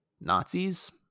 Nazis